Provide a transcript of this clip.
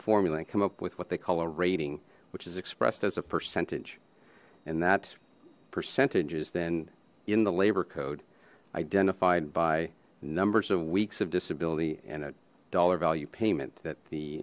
formula and come up with what they call a rating which is expressed as a percentage and that percentage is then in the labor code identified by numbers of weeks of disability and a dollar value payment that the